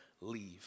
leave